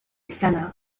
senna